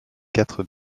quatre